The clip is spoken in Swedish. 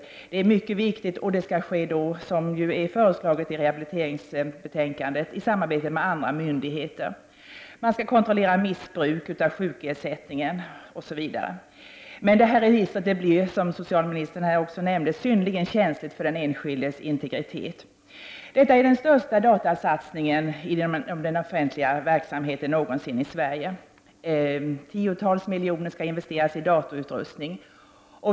Detta är mycket viktigt, och det skall ske, som föreslås i rehabiliteringsbetänkandet, i samarbete med andra myndigheter. Missbruk av sjukersättningen skall kontrolleras osv. Men registret blir, som socialministern nämnde, synnerligen känsligt för den enskildes integritet. Detta är den största datorsatsningen inom den offentliga verksamheten någonsin i Sverige. Tiotals miljoner skall investeras i datorutrustning.